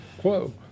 quo